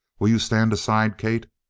will you stand aside, kate?